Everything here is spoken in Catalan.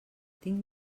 tinc